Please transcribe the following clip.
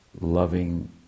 loving